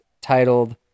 titled